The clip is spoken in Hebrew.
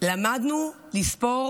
למדנו לספור